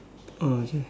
oh okay